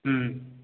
হুম